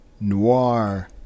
noir